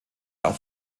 auf